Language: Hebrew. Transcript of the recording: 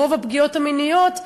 רוב הפגיעות המיניות,